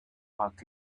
packed